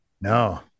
no